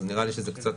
נראה לי שזה קצת